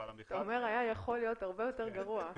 אתה אומר שהיה יכול להיות הרבה יותר גרוע.